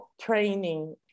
training